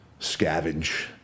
scavenge